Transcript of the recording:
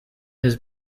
his